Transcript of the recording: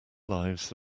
lives